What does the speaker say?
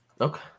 Okay